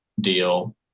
deal